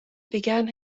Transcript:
began